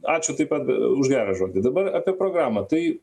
ačiū taip pat už gerą žodį dabar apie programą tai